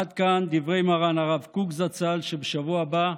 עד כאן דברי מרן הרב קוק זצ"ל, שבשבוע הבא,